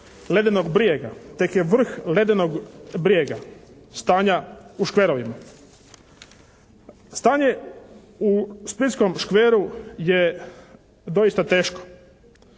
ledenog brijega, tek je vrh ledenog brijega stanja u škverovima. Stanje u splitskom škveru je doista teško.